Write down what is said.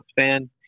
fan